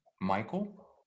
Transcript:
michael